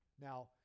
Now